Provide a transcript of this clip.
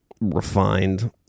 refined